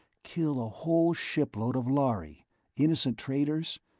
kill a whole shipload of lhari innocent traders?